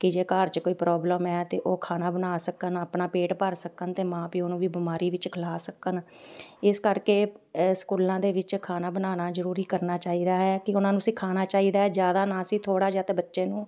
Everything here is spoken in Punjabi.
ਕਿ ਜੇ ਘਰ 'ਚ ਕੋਈ ਪ੍ਰੋਬਲਮ ਹੈ ਤਾਂ ਉਹ ਖਾਣਾ ਬਣਾ ਸਕਣ ਆਪਣਾ ਪੇਟ ਭਰ ਸਕਣ ਅਤੇ ਮਾਂ ਪਿਓ ਨੂੰ ਵੀ ਬਿਮਾਰੀ ਵਿੱਚ ਖਿਲਾ ਸਕਣ ਇਸ ਕਰਕੇ ਸਕੂਲਾਂ ਦੇ ਵਿੱਚ ਖਾਣਾ ਬਣਾਉਣਾ ਜ਼ਰੂਰੀ ਕਰਨਾ ਚਾਹੀਦਾ ਹੈ ਕਿ ਉਹਨਾਂ ਨੂੰ ਸਿਖਾਉਣਾ ਚਾਹੀਦਾ ਹੈ ਜ਼ਿਆਦਾ ਨਾ ਸਹੀ ਥੋੜ੍ਹਾ ਜਿਹਾ ਤਾ ਬੱਚੇ ਨੂੰ